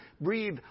breathe